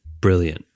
brilliant